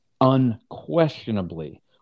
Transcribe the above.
unquestionably